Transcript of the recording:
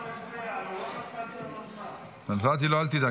--- נתתי לו, אל תדאג.